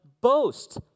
boast